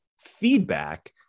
feedback